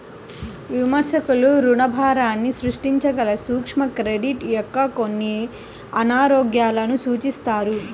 విమర్శకులు రుణభారాన్ని సృష్టించగల సూక్ష్మ క్రెడిట్ యొక్క కొన్ని అనారోగ్యాలను సూచిస్తారు